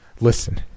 Listen